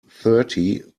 thirty